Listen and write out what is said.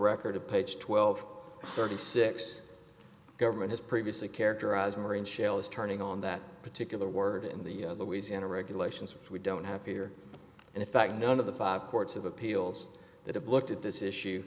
record of page twelve thirty six government has previously characterized marine shells turning on that particular word in the louisiana regulations which we don't have here and in fact none of the five courts of appeals that have looked at this issue